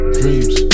dreams